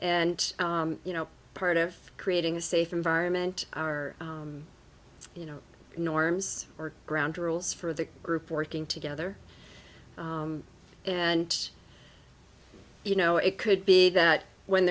and you know part of creating a safe environment are you know norms or ground rules for the group working together and you know it could be that when